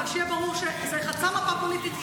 אבל שיהיה ברור שזה חצה מפה פוליטית,